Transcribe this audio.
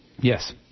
Yes